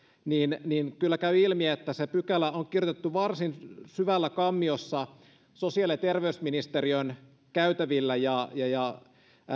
niin niin kyllä käy ilmi että se pykälä on kirjoitettu varsin syvällä kammiossa sosiaali ja terveysministeriön käytävillä ja ja